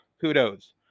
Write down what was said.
kudos